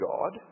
God